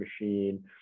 machine